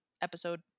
episode